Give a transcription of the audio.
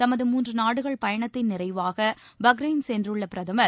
தமது மூன்று நாடுகள் பயணத்தின் நிறைவாக பஹ்ரைன் சென்றுள்ள பிரதமர்